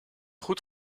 goed